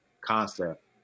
concept